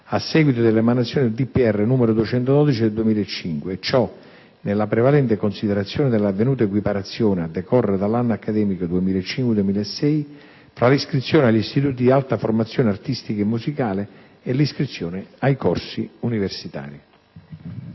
Presidente della Repubblica n. 212 del 2005, e ciò nella prevalente considerazione dell'avvenuta equiparazione, a decorrere dall'anno accademico 2005-2006, fra l'iscrizione agli istituti di alta formazione artistica e musicale e l'iscrizione ai corsi universitari».